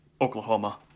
oklahoma